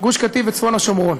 גוש קטיף וצפון השומרון.